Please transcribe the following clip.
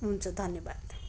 हुन्छ धन्यवाद